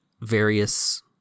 various